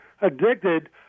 addicted